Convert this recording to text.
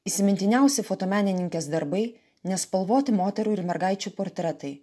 įsimintiniausi fotomenininkės darbai nespalvoti moterų ir mergaičių portretai